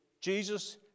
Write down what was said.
Jesus